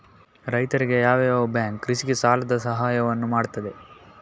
ರೈತರಿಗೆ ಯಾವ ಯಾವ ಬ್ಯಾಂಕ್ ಕೃಷಿಗೆ ಸಾಲದ ಸಹಾಯವನ್ನು ಮಾಡ್ತದೆ?